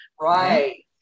Right